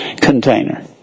container